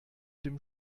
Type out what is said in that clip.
dem